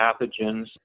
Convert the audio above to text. pathogens